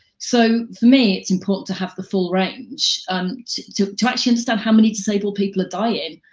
so for me, it's important to have the full range um to to actually understand how many disabled people are dying,